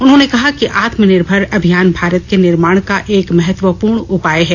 उन्होंने कहा कि आत्मनिर्भर अभियान भारत के निर्माण का एक महत्वपूर्ण उपाय है